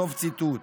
סוף ציטוט.